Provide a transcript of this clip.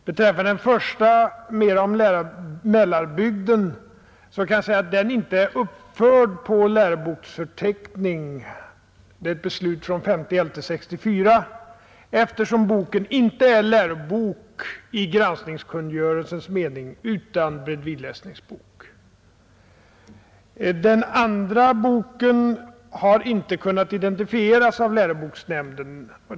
Beträffande den första, Mera om Mälarbygden, kan jag säga att den inte är uppförd på läroboksförteckning — det är ett beslut av den 5 november 1964 — eftersom boken inte är lärobok i granskningskungörelsens mening utan bredvidläsningsbok. Den andra boken har läroboksnämnden inte kunnat identifiera.